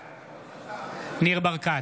בעד ניר ברקת,